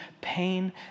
pain